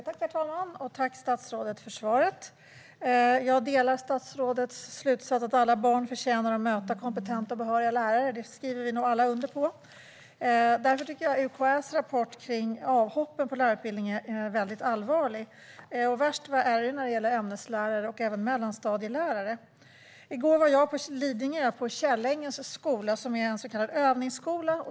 Herr talman! Jag tackar statsrådet för svaret. Jag delar statsrådets slutsats att alla barn förtjänar att möta kompetenta och behöriga lärare; det skriver vi nog alla under på. Därför tycker jag att UKÄ:s rapport om avhoppen på lärarutbildningen är väldigt allvarlig. Värst är det när det gäller ämneslärare och även mellanstadielärare. I går var jag på Lidingö, på Källängens skola som är en så kallad övningsskola.